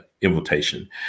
invitation